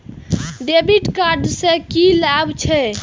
डेविट कार्ड से की लाभ छै?